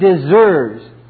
deserves